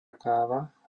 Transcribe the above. káva